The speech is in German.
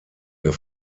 der